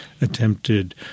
attempted